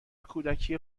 کودکی